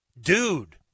dude